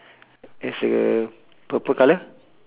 there's a purple colour